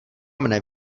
mne